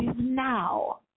now